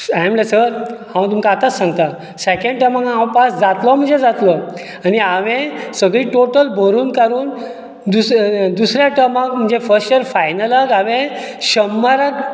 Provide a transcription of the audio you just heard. हांवें म्हणलें सर हांव तुमकां आतांच सांगता सेकॅण्ड टर्माक हांव पास जातलों म्हणल्यार जातलों आनी हांवें सगली टोटल भरून काडून दुसऱ्या टर्माक म्हणजे फर्स्ट इयर फायनलाक हांवें शंबराक